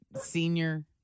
senior